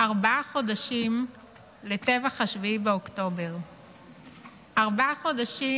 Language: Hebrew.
ארבעה חודשים לטבח 7 באוקטובר 2024. ארבעה חודשים